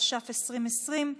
התש"ף 2020,